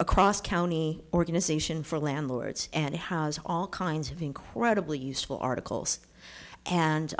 across county organization for landlords and it has all kinds of incredibly useful articles and